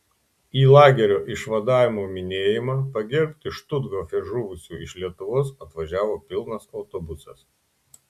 į lagerio išvadavimo minėjimą pagerbti štuthofe žuvusiųjų iš lietuvos atvažiavo pilnas autobusas